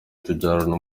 tubyarana